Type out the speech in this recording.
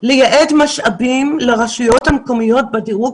לייעד משאבים לרשויות המקומיות בדירוג